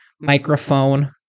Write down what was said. microphone